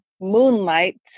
Moonlight